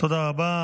תודה רבה.